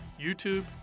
YouTube